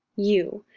you!